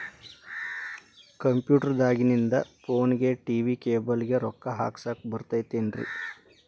Computer ದಾಗಿಂದ್ ಫೋನ್ಗೆ, TV cable ಗೆ, ರೊಕ್ಕಾ ಹಾಕಸಾಕ್ ಬರತೈತೇನ್ರೇ?